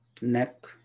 neck